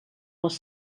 les